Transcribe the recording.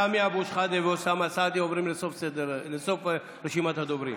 סמי אבו שחאדה ואוסאמה סעדי עוברים לסוף רשימת הדוברים.